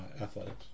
Athletics